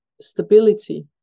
stability